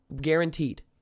guaranteed